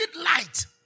light